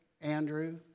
Andrew